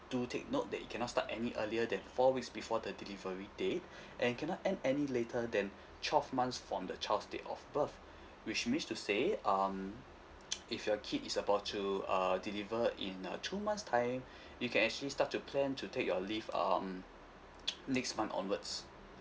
do take note that you cannot start any earlier than four weeks before the delivery date and can not end any later than twelve months from the child's date of birth which means to stay um if your kid is about to err deliver in uh two months time you can actually start to plan to take your leave um next month onwards